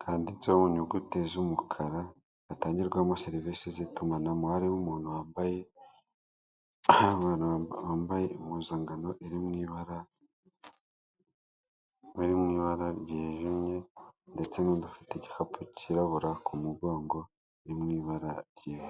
kanditseho mu nyuguti z'umukara. Hatangirwamo serivisi z'itumanaho. Harimo umuntu wambaye impuzankano iri mu ibara ryijimye ndetse n'undi ufite igikapu kirabura ku mugongo, kirimo ibara ryera.